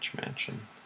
Mansion